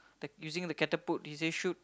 they using the catapult did they shoot